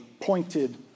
pointed